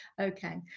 Okay